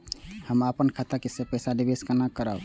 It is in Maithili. हम अपन खाता से पैसा निवेश केना करब?